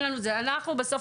בסוף